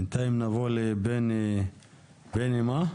בנתיים נעבור לבני ברוש,